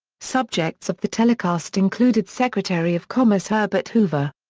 subjects of the telecast included secretary of commerce herbert hoover.